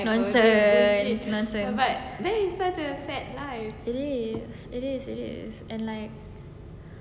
nonsense nonsense it is it is and like